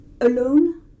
alone